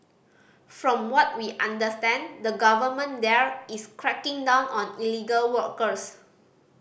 from what we understand the government there is cracking down on illegal workers